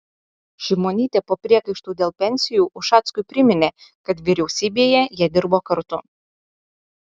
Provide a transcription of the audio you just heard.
šimonytė po priekaištų dėl pensijų ušackui priminė kad vyriausybėje jie dirbo kartu